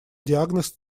диагноз